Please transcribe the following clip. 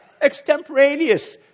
extemporaneous